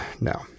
No